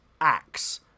acts